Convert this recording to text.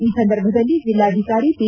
ಈ ಸಂದರ್ಭದಲ್ಲಿ ಜಿಲ್ಲಾಧಿಕಾರಿ ಪಿ